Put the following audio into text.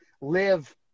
live